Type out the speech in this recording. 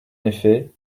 effet